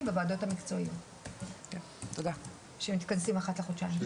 בוועדות המקצועיות שמתכנסים אחת לחודשיים.